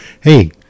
Hey